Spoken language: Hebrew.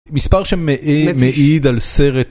מספר שמעיד על סרט.